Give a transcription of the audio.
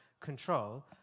control